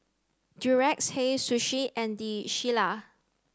Durex Hei Sushi and The Shilla